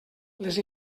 les